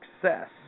success